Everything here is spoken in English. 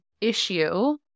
issue